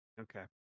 Okay